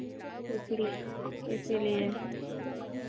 इसीलिए इसीलिए